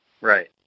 Right